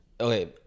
Okay